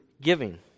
giving